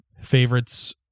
favorites